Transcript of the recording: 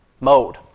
mode